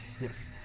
yes